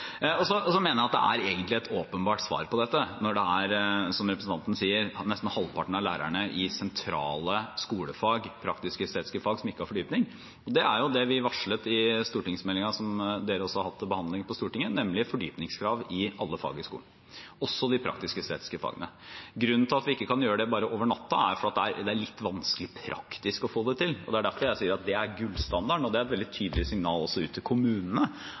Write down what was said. er jo det vi varslet i stortingsmeldingen, som også har vært til behandling på Stortinget, nemlig fordypningskrav i alle fag i skolen, også de praktisk-estetiske fagene. Grunnen til at vi ikke kan gjøre det bare over natten, er at det er litt vanskelig praktisk å få det til. Det er derfor jeg sier at det er gullstandarden. Det er også et veldig tydelig signal til kommunene. Det er ikke sånn at det bare er viktig å ha en mattelærer med fordypning i matte, det er viktig også å ha en musikklærer og en lærer i kunst og håndverk som faktisk har jobbet med dette. Det er ikke pustehullfag, det er sentrale skolefag. Vi går videre til